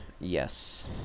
yes